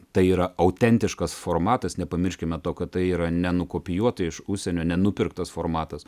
tai yra autentiškas formatas nepamirškime to kad tai yra nenukopijuota iš užsienio nenupirktas formatas